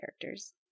characters